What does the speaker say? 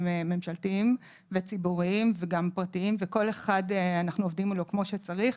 ממשלתיים וציבוריים וגם פרטיים וכל אחד אנחנו עובדים מולו כמו שצריך,